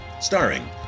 Starring